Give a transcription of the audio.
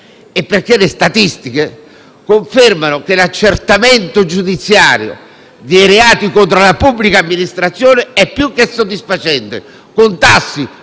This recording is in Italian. perché le statistiche confermano che l'accertamento giudiziario dei reati contro la pubblica amministrazione è più che soddisfacente, con tassi